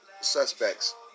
suspects